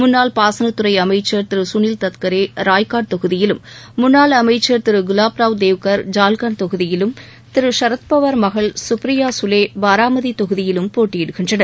முன்னாள் பாசனத்துறை அமைச்சர் திரு சுனில் டட்கரே ராய்காட் தொகுதியிலும் முன்னால் அமைச்சர் திரு குலாப்ராவ் தேவகர் ஐல்கான் தொகுதியிலும் திரு சரத்பவார் மகள் கப்ரியா சுலே பாராமதி தொகுதியிலும் போட்டியிடுகின்றனர்